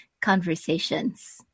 conversations